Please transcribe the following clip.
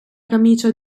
camicia